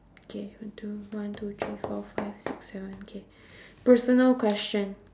okay one two one two three four five six seven okay personal question